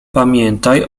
pamiętaj